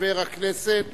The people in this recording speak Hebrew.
חבר הכנסת